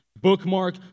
bookmark